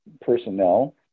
personnel